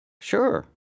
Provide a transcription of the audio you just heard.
Sure